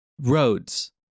roads